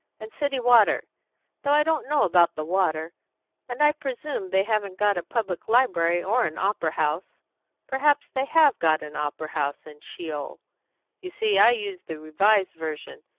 and city water though i don't know about the water and i presume they haven't got a public library or an opera-house perhaps they have got an opera-house in sheol you see i use the revised version,